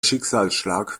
schicksalsschlag